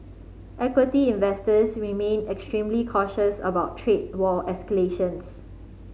equity investors remain extremely cautious about trade war escalations